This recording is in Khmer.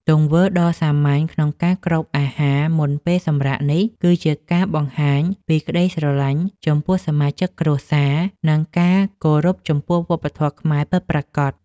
ទង្វើដ៏សាមញ្ញក្នុងការគ្របអាហារមុនពេលសម្រាកនេះ គឺជាការបង្ហាញពីក្តីស្រឡាញ់ចំពោះសមាជិកគ្រួសារ និងការគោរពចំពោះវប្បធម៌ខ្មែរពិតប្រាកដ។